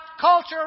culture